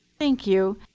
thank you.